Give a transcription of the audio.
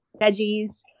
veggies